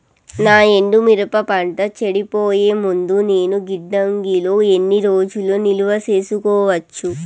నా ఎండు మిరప పంట చెడిపోయే ముందు నేను గిడ్డంగి లో ఎన్ని రోజులు నిలువ సేసుకోవచ్చు?